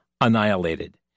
annihilated